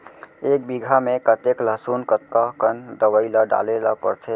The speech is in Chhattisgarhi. एक बीघा में कतेक लहसुन कतका कन दवई ल डाले ल पड़थे?